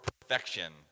perfection